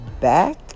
back